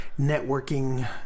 networking